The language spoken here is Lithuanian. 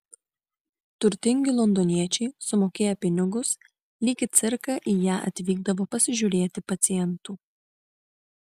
turtingi londoniečiai sumokėję pinigus lyg į cirką į ją atvykdavo pasižiūrėti pacientų